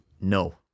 No